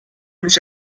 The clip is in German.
mich